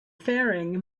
faring